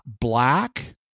black